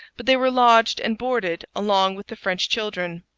but they were lodged and boarded along with the french children.